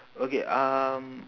okay um